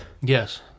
Yes